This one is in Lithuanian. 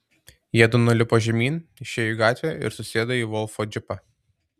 jiedu nulipo žemyn išėjo į gatvę ir susėdo į volfo džipą